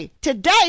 today